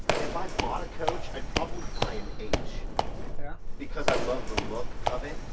if i bought a coach i probably buy an h yeah because i love the look of it,